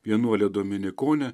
vienuolė dominikonė